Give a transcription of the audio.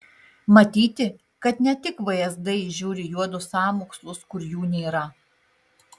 matyti kad ne tik vsd įžiūri juodus sąmokslus kur jų nėra